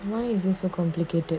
why is this so complicated